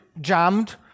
jammed